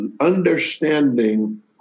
understanding